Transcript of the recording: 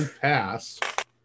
passed